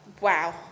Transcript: wow